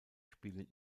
spielen